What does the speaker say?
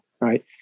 right